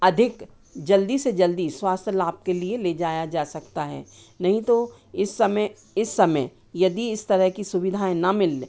अधिक जल्दी से जल्दी स्वास्थ्य लाभ के लिए ले जाया जा सकता है नहीं तो इस समय इस समय यदि इस तरह की सुविधाएँ ना मिलें